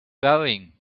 going